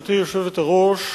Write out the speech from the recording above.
גברתי היושבת-ראש,